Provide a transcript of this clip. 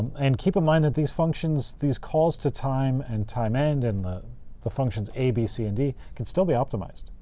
and keep in mind that these functions, these calls to time and timeend and the the functions a, b, c, and d, can still be optimized.